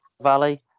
Valley